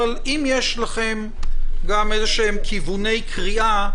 אבל אם יש לכם כיווני קריאה,